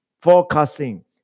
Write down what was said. forecasting